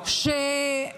סימון.